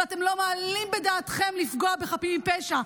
ואתם לא מעלים בדעתכם לפגוע בחפים מפשע,